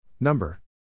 Number